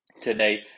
today